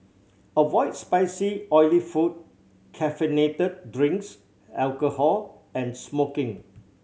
avoid spicy oily food caffeinated drinks alcohol and smoking